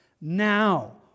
now